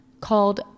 called